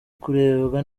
kurebwa